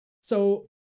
So-